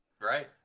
Right